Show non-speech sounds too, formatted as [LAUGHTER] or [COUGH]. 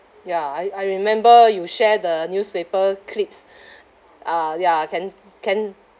ya I I remember you share the newspaper clips [BREATH] ah ya can can